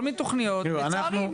ולצערי,